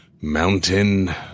mountain